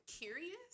curious